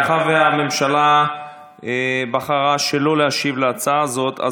מאחר שהממשלה בחרה לא להשיב להצעה הזאת,